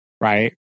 right